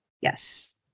Yes